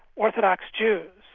orthodox jews,